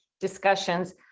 discussions